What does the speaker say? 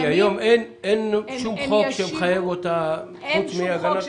הם ישיבו --- כי היום אין שום חוק שמחייב אותם חוץ מהגנת הצרכן,